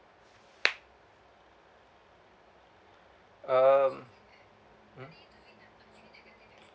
um hmm